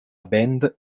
band